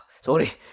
Sorry